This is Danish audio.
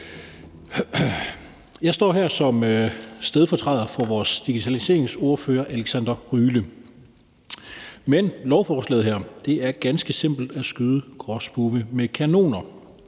Jeg står her som stedfortræder for vores digitaliseringsordfører, Alexander Ryle. Lovforslaget her er ganske simpelt at skyde gråspurve med kanoner.